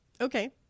Okay